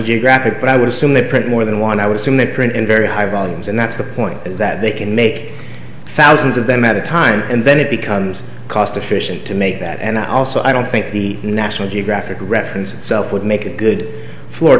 geographic but i would assume they print more than one i was in that print in very high volumes and that's the point that they can make thousands of them at a time and then it becomes cost efficient to make that and also i don't think the national geographic reference itself would make a good f